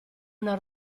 una